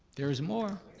there's more,